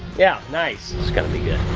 yeah, nice. it's going to be good.